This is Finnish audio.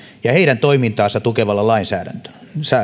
ja heidän toimintaansa tukevalla lainsäädännöllä